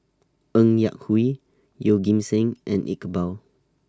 Ng Yak Whee Yeoh Ghim Seng and Iqbal